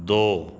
دو